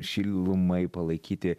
šilumai palaikyti